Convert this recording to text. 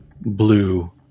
Blue